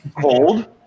cold